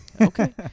Okay